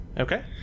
Okay